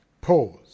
Pause